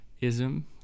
ism